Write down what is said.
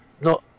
No